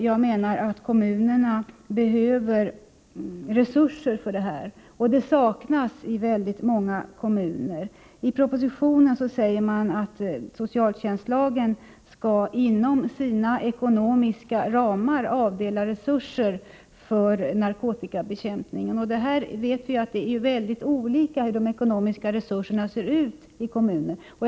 Jag menar att kommunerna behöver resurser för detta. Det saknas i väldigt många kommuner. I propositionen sägs att när det gäller socialtjänstlagen skall resurser avdelas inom de ekonomiska ramarna för narkotikabekämpningen. Vi vet att det är mycket olika hur stora de ekonomiska resurserna är ute i kommunerna.